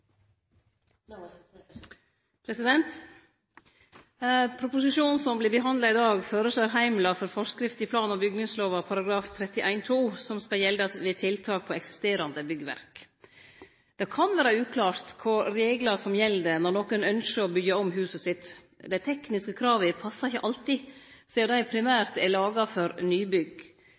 I proposisjonen som vert behandla i dag, foreslår ein heimlar for forskrifter i plan- og bygningslova § 31-2 som skal gjelde ved tiltak på eksisterande byggverk. Det kan vere uklart kva for reglar som gjeld når nokon ynskjer å byggje om huset sitt. Dei tekniske krava passar ikkje alltid, sidan dei primært er laga for nybygg.